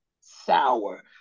sour